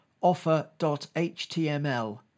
offer.html